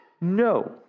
no